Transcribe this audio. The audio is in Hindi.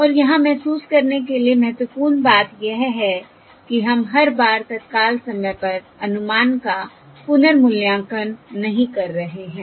और यहां महसूस करने के लिए महत्वपूर्ण बात यह है कि हम हर बार तत्काल समय पर अनुमान का पुनर्मूल्यांकन नहीं कर रहे हैं